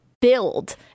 build